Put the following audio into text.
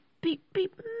beep-beep